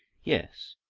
yes,